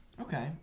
Okay